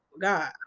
God